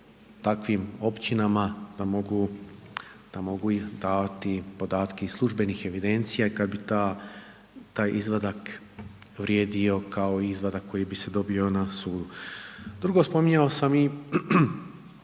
takvim općinama da mogu i davati podatke iz službenih evidencija i kad bi taj izvadak vrijedio kao i izvadak koji bi se dobio na sudu. Drugo, spominjao sam i